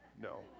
no